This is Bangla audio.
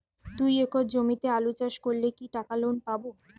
দুই একর জমিতে আলু চাষ করলে কি টাকা লোন পাবো?